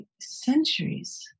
centuries